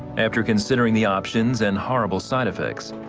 after considering the options and horrible side effects,